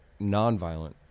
nonviolent